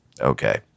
Okay